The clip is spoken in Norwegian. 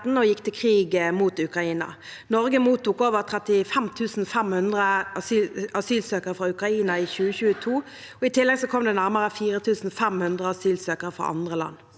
og gikk til krig mot Ukraina. Norge mottok over 35 500 asylsøkere fra Ukraina i 2022. I tillegg kom det nærmere 4 500 asylsøkere fra andre land.